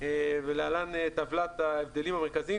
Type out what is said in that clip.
ולהלן טבלת ההבדלים המרכזיים.